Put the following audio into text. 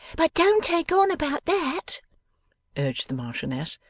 but don't take on about that urged the marchioness,